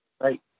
Right